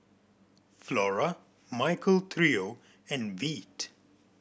Flora Michael Trio and Veet